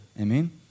Amen